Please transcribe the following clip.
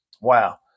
Wow